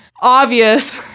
obvious